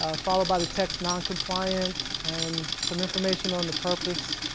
ah followed by the text non-compliant and some information on the purpose.